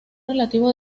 relativo